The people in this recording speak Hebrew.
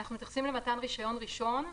אנחנו מתייחסים למתן רישיון ראשון,